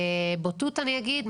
בבוטות אני אגיד,